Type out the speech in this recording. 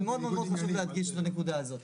זה מאוד מאוד חשוב להדגיש את הנקודה הזו.